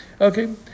Okay